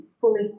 fully